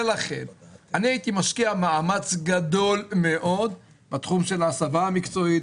ולכן אני הייתי משקיע מאמץ גדול מאוד בתחום של ההסבה המקצועית,